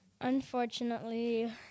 Unfortunately